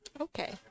okay